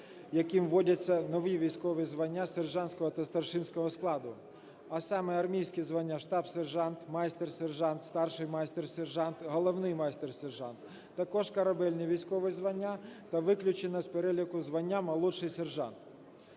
яким вводяться нові військові звання сержантського та старшинського складу, а саме армійські звання штаб-сержант, майстер-сержант, старший майстер-сержант, головний майстер-сержант, також корабельні військові звання та виключено з переліку звання молодший сержант.